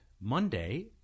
monday